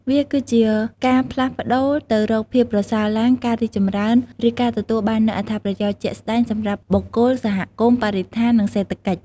វាគឺជាការផ្លាស់ប្តូរទៅរកភាពប្រសើរឡើង ការរីកចម្រើន ឬការទទួលបាននូវអត្ថប្រយោជន៍ជាក់ស្តែងសម្រាប់បុគ្គល សហគមន៍ បរិស្ថាន ឬសេដ្ឋកិច្ច។